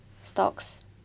stocks